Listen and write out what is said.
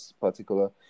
particular